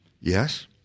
Yes